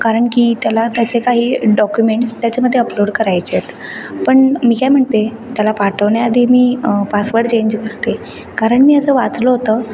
कारण की त्याला त्याचे काही डॉक्युमेंट्स त्याच्यामध्ये अपलोड करायचे आहेत पण मी काय म्हणते त्याला पाठवण्याआधी मी पासवर्ड चेंज करते कारण मी असं वाचलं होतं